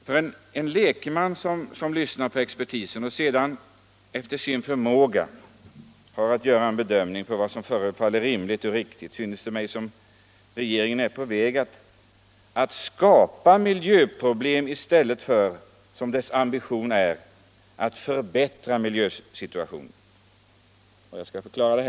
För en lekman, som har att lyssna på expertis och sedan efter sin förmåga har att göra en bedömning av vad som förefaller rimligt och riktigt, synes det som om regeringen är på väg att skapa miljöproblem i stället för att, som dess ambition är, förbättra miljösituationen. Och jag skall förklara det.